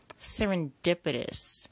serendipitous